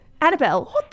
Annabelle